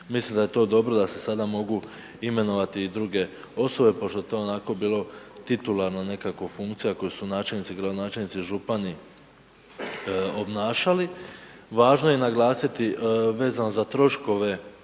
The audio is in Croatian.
mislim da je to dobro da se sada mogu imenovati i druge osobe pošto je to onako bilo titularno nekako funkcija koju su načelnici, gradonačelnici i župani obnašali. Važno je naglasiti vezano za troškove